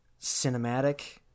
cinematic